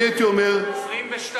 אני הייתי אומר, 22% עוני.